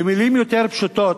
במלים יותר פשוטות,